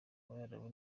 abarabu